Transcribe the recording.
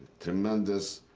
tremendous,